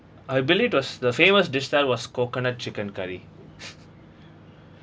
I believed was the famous dish that was coconut chicken curry